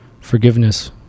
forgiveness